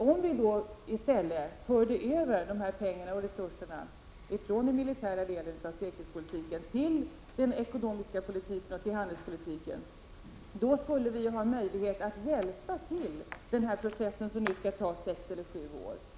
Om vi i stället förde över de här pengarna och resurserna från den militära delen av säkerhetspolitiken till den ekonomiska politiken och till handelspolitiken, skulle vi ha möjlighet att underlätta den här processen som skall ta sex eller sju år.